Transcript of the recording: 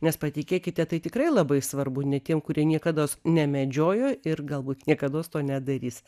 nes patikėkite tai tikrai labai svarbu net tiem kurie niekados nemedžiojo ir galbūt niekados to nedarys